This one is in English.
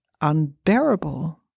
unbearable